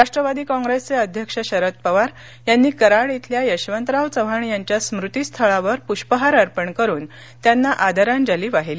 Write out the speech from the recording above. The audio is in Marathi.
राष्ट्रवादी कॉग्रेसचे अध्यक्ष शरद पवार यांनी कराड इथल्या यशवंतराव चव्हाण यांच्या स्मृतीस्थळावर प्रष्पहार अर्पण करून त्यांना आदरांजली वाहिली